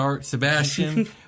Sebastian